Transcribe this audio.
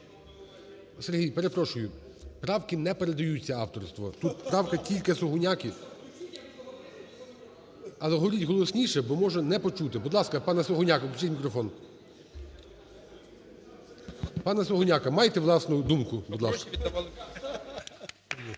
Сергій, перепрошую, правки не передаються, авторство, тут правка тільки Сугоняки. Але говоріть голосніше, бо можемо не почути. Будь ласка, пане Сугоняко, включіть мікрофон. Пане Сугоняко, маєте власну думку?